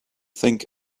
think